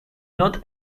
not